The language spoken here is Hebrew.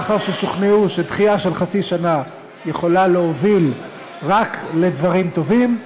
לאחר ששוכנעו שדחייה של חצי שנה יכולה להוביל רק לדברים טובים,